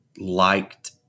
liked